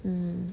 mm